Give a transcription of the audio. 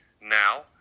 now